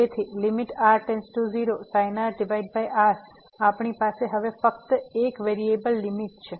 તેથી sin r r આપણી પાસે હવે ફક્ત એક વેરીએબલ લીમીટ છે